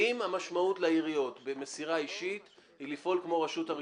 האם המשמעות לעיריות במסירה אישית היא לפעול כמו רשות הרישוי.